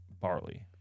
barley